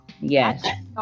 Yes